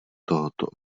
tohoto